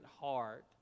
heart